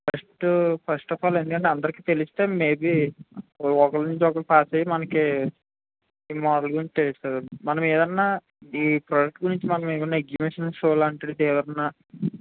first first of all ఎందుకంటే అందరికీ తెలిస్తే మేబీ ఒకళ్ళనుంచి ఒకళ్ళకి పాస్ అయ్యి మనకి ఈ మోడల్ గురించి తెలుస్తుందండి మనమేదైనా ఈ ప్రోడక్ట్ గురించి మనమేదైనా ఎక్సిబిషన్ షో లాంటిది ఏదైనా